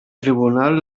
tribunal